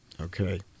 Okay